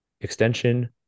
extension